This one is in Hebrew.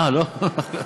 אה, לא?